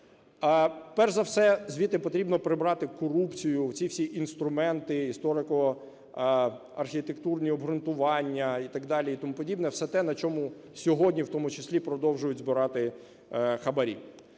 Перш за все, звідти потрібно прибрати корупцію, оці всі інструменти, історико-архітектурні обґрунтування і так далі, і тому подібне – все те, на чому сьогодні в тому числі продовжують збирати хабарі.